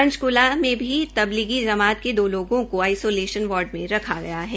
पंचक्ला में भी तबलीगी जमात के दो लोगों की आईलेशन वार्ड में रखा गया है